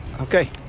okay